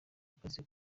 akazi